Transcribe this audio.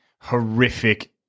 horrific